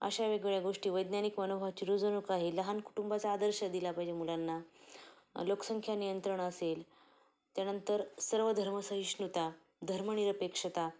अशा वेगवेगळ्या गोष्टी वैज्ञानिक अनुभवाची रुजणूक आहे लहान कुटुंबाचा आदर्श दिला पाहिजे मुलांना लोकसंख्या नियंत्रण असेल त्यानंतर सर्वधर्म सहिष्णुता धर्मनिरपेक्षता